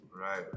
Right